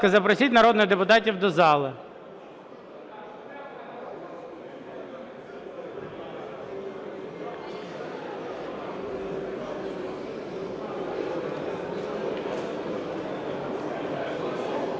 ласка, запросіть народних депутатів до зали.